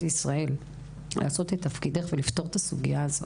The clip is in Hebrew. ישראל לעשות את תפקידך ולפתור את הסוגיה הזאת,